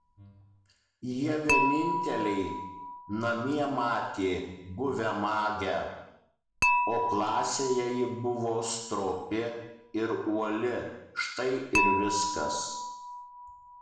jie vieninteliai namie matė guvią magę o klasėje ji buvo stropi ir uoli štai ir viskas